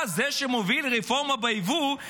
תסביר לי רק למה לפי הבנק העולמי אנחנו